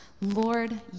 Lord